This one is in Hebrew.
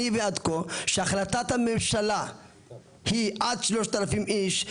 אני מבין עד כה שהחלטת הממשלה היא עד 3,000 איש,